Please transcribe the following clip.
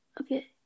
Okay